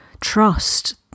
trust